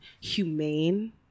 humane